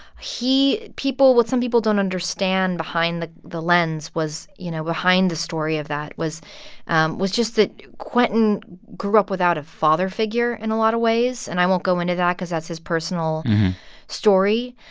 he people what some people don't understand behind the the lens was you know, behind the story of that was was just that quentin grew up without a father figure in a lot of ways. and i won't go into that because that's his personal story.